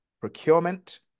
procurement